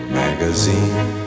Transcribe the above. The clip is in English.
magazine